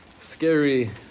scary